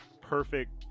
perfect